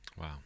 Wow